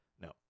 No